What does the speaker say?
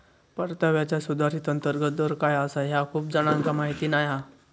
परताव्याचा सुधारित अंतर्गत दर काय आसा ह्या खूप जणांका माहीत नाय हा